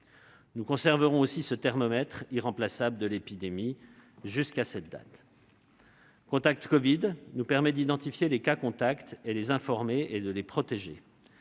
Nous conserverons ce thermomètre irremplaçable de l'épidémie jusqu'à cette date. Contact Covid nous permet d'identifier les cas contacts, de les informer et de les protéger.